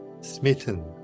smitten